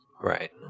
Right